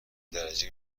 درجه